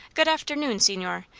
good afternoon, signore.